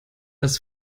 als